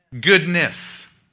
Goodness